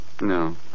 No